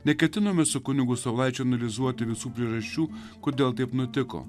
neketiname su kunigu saulaičiu analizuoti visų priežasčių kodėl taip nutiko